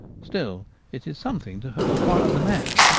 still it is some thing to have acquired the knack.